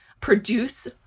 produce